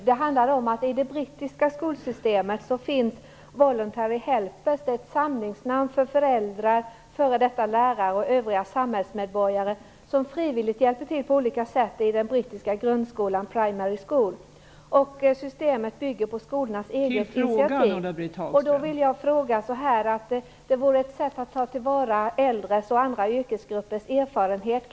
Fru talman! Jag vill ställa en fråga till statsrådet Detta är ett samlingsnamn för föräldrar, f.d. lärare och övriga samhällsmedborgare, som frivilligt hjälper till på olika sätt i den brittiska grundskolan, Primary School. Systemet bygger på skolornas eget initiativ. Detta är ett sätt att ta till vara äldres och andra yrkesgruppers erfarenhet.